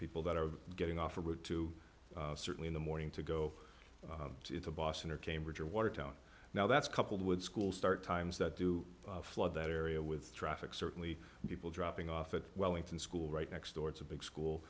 people that are getting off the road to certainly in the morning to go to boston or cambridge or watertown now that's coupled with school start times that do flood that area with traffic certainly people dropping off a wellington school right next door it's a big school